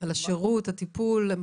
על השירות, הטיפול.